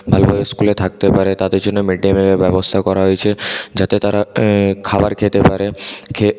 ভালোভাবে স্কুলে থাকতে পারে তাদের জন্যে মিড ডে মিলের ব্যবস্থা করা হয়েছে যাতে তারা খাবার খেতে পারে